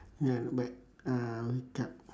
ya but uh I wake up